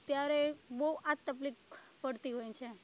ત્યારે બહુ આ તકલીફ પડતી હોય છે